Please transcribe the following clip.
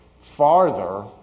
farther